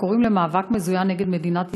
קוראים למאבק מזוין נגד מדינת ישראל,